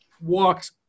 walked